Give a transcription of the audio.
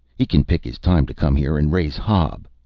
he can pick his time to come here and raise hob!